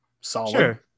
Solid